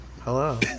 Hello